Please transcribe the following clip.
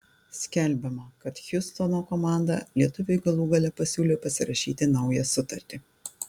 skelbiama kad hjustono komanda lietuviui galų gale pasiūlė pasirašyti naują sutartį